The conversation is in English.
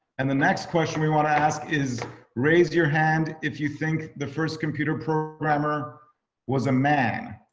and the next question we want to ask is, raise your hand if you think the first computer programmer was a man.